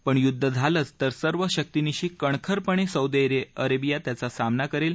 पण युद्ध झालंच तर सर्व शक्तीनिशी कणखरपणे सौदी अरेबिया त्याचा सामना करेल